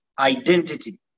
Identity